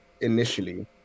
initially